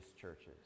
churches